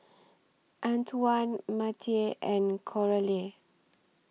Antwan Mattye and Coralie